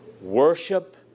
worship